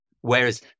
whereas